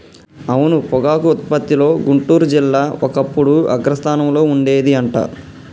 అవును పొగాకు ఉత్పత్తిలో గుంటూరు జిల్లా ఒకప్పుడు అగ్రస్థానంలో ఉండేది అంట